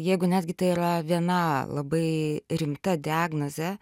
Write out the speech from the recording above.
jeigu netgi tai yra viena labai rimta diagnozė